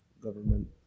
government